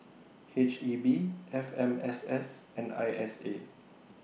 H E B F M S S and I S A